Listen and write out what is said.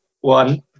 One